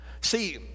see